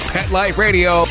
PetLifeRadio